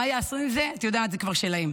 מה יעשו עם זה, את יודעת, זה כבר שלהם.